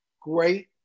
great